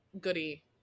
Goody